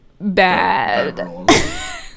Bad